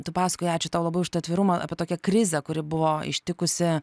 tu pasakojai ačiū tau labai už tą atvirumą apie tokią krizę kuri buvo ištikusi